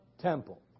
temple